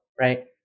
Right